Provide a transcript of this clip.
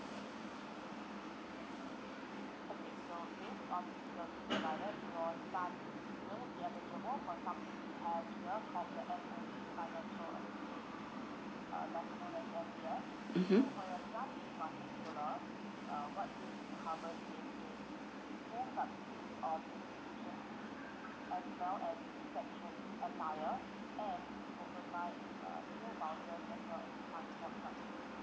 mmhmm